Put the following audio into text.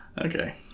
Okay